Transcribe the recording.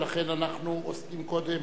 ולכן אנחנו עוסקים קודם,